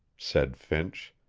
said finch.